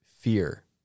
fear